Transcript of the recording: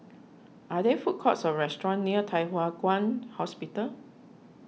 are there food courts or restaurants near Thye Hua Kwan Hospital